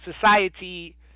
society